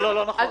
לא נכון.